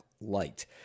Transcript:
light